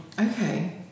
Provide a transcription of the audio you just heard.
Okay